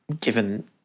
given